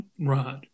Right